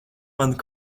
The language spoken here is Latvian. manu